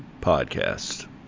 Podcast